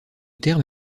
terme